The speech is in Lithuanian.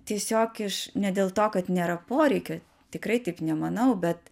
tiesiog iš ne dėl to kad nėra poreikio tikrai taip nemanau bet